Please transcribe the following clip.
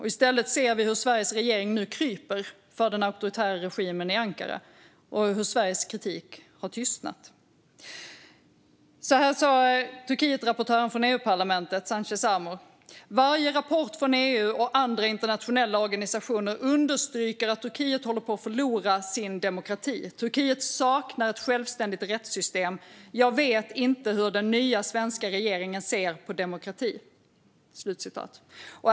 I stället ser vi hur Sveriges regering nu kryper för den auktoritära regimen i Ankara och att Sveriges kritik har tystnat. Så här sa EU-parlamentets Turkietrapportör Sánchez Amor: "Varje rapport från EU och andra internationella organisationer understryker att Turkiet håller på att förlora sin demokrati. Turkiet saknar ett självständigt rättssystem. Jag vet inte hur den nya svenska regeringen ser på demokrati."